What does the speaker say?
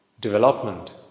development